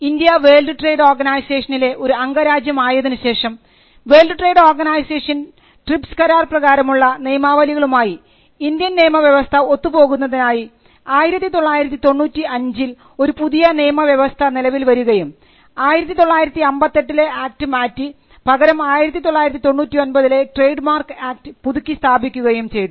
India world trade ഓർഗനൈസേഷനിലെ ഒരു അംഗരാജ്യം ആയതിനുശേഷം വേൾഡ് ട്രേഡ് ഓർഗനൈസേഷൻ ട്രിപ്സ് കരാർ പ്രകാരമുള്ള നിയമാവലികളുമായി ഇന്ത്യൻ നിയമവ്യവസ്ഥ ഒത്തു പോകുന്നതിനായി 1995ൽ ഒരു പുതിയ നിയമ വ്യവസ്ഥ നിലവിൽ വരികയും 1958 ലെ ആക്ട് മാറ്റി പകരം 1999 ലെ ട്രേഡ്മാർക്ക് ആക്ട് പുതുക്കി സ്ഥാപിക്കുകയും ചെയ്തു